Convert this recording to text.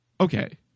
Okay